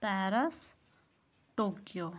Paris Tokyo